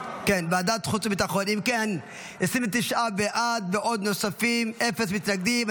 אם כן, 29 בעד ועוד נוספים, אפס מתנגדים.